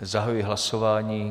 Zahajuji hlasování.